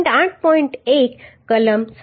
1 કલમ 7